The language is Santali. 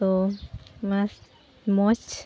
ᱛᱚ ᱢᱚᱡᱽ